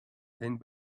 stand